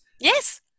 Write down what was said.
Yes